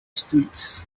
street